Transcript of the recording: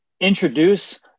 introduce